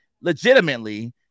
legitimately